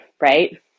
right